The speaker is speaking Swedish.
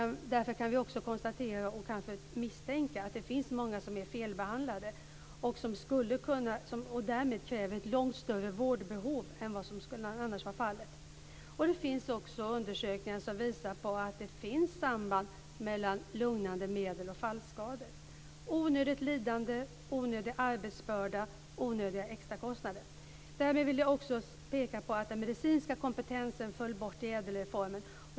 Därför kan vi också konstatera och kanske misstänka att det finns många som är felbehandlade och som därmed har ett långt större vårdbehov än som annars skulle vara fallet. Det finns också undersökningar som visar att det finns samband mellan lugnande medel och fallskador. Det är onödigt lidande, onödig arbetsbörda och onödiga extrakostnader. Därmed vill jag också peka på att den medicinska kompetensen föll bort i ädelreformen.